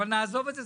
אבל נעזוב את זה,